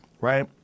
right